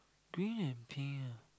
green and pink eh